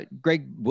Greg